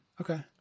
Okay